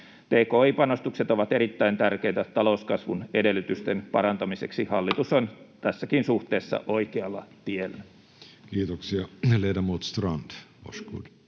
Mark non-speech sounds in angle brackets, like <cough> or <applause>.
Tki-panostukset ovat erittäin tärkeitä talouskasvun edellytysten parantamiseksi. <noise> Hallitus on tässäkin suhteessa oikealla tiellä. [Speech